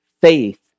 Faith